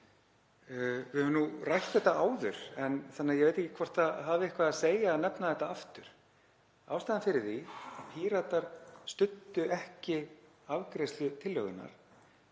Við höfum nú rætt þetta áður þannig að ég veit ekki hvort það hafi eitthvað að segja að nefna þetta aftur. Ástæðan fyrir því að Píratar studdu ekki afgreiðslu tillögunnar